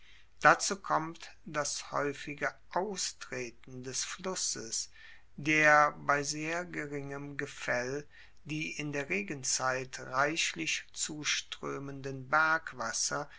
dazu kommt das haeufige austreten des flusses der bei sehr geringem gefaell die in der regenzeit reichlich